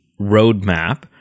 roadmap